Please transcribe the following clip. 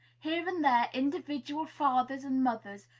here and there, individual fathers and mothers,